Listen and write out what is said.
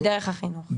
זה דרך החינוך.